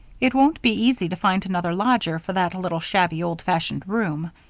it won't be easy to find another lodger for that little, shabby, old-fashioned room.